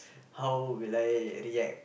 how will I react